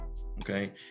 Okay